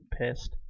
pissed